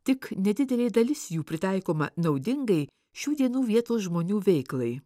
tik nedidelė dalis jų pritaikoma naudingai šių dienų vietos žmonių veiklai